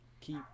Keep